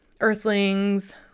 Earthlings